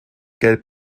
gelb